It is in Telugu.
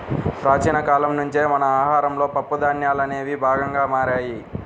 ప్రాచీన కాలం నుంచే మన ఆహారంలో పప్పు ధాన్యాలనేవి భాగంగా మారాయి